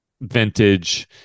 vintage